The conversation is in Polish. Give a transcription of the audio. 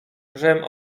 żem